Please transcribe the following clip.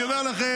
אני אומר לכם,